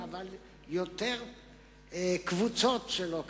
יותר קבוצות שלא קיבלו,